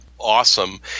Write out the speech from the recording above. Awesome